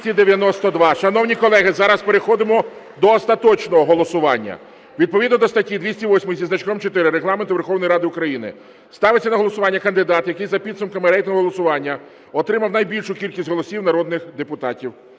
За-292 Шановні колеги, зараз переходимо до остаточного голосування. Відповідно до статті 208 зі значком 4 Регламенту Верховної Ради України ставиться на голосування кандидат, який за підсумками рейтингового голосування отримав найбільшу кількість голосів народних депутатів